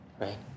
right